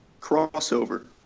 Crossover